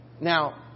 Now